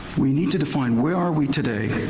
we need to define where are we today?